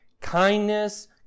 kindness